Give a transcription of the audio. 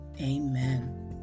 Amen